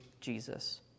Jesus